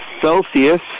Celsius